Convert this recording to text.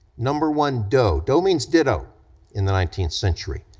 number one do, do. means ditto in the nineteenth century,